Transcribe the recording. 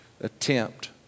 attempt